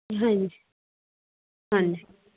ਹਾਂਜੀ ਹਾਂਜੀ